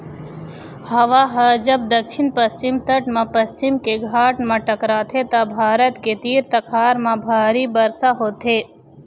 हवा ह जब दक्छिन पस्चिम तट म पश्चिम के घाट म टकराथे त भारत के तीर तखार म भारी बरसा होथे